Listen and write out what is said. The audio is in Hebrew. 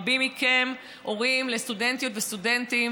רבים מכם הורים לסטודנטיות וסטודנטים,